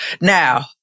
Now